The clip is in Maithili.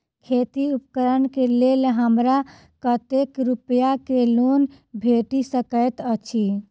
खेती उपकरण केँ लेल हमरा कतेक रूपया केँ लोन भेटि सकैत अछि?